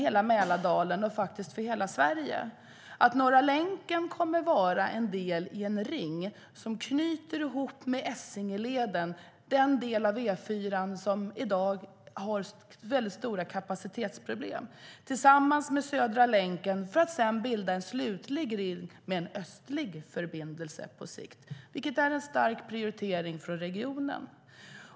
Norra länken kommer att via Essingeleden knyta ihop den del av E4 som i dag har stora kapacitetsproblem med Södra länken för att slutligen bilda en sluten ring med en östlig förbindelse på sikt, vilket är en stark prioritering för regionen.